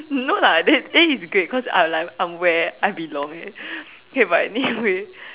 no lah then then it's great cause I'll like I'm where I belong eh K but anyway